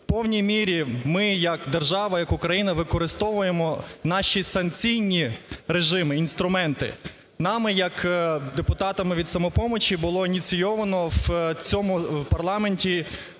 в повній мірі ми як держава, як Україна використовуємо наші санкційні режими, інструменти. Нами як депутатами від "Самопомочі" було ініційовано в цьому парламенті